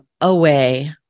away